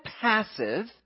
passive